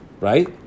right